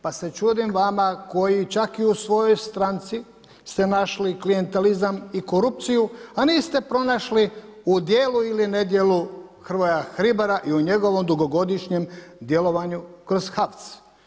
Pa se čudim vama, koji čak i u svojoj stranci ste našli klijentelama i korupciju, a niste pronašli u dijelu ili nedjelu Hrvoja Hribara i u njegovom dugogodišnjem djelovanju kroz HAVC.